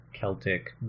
celtic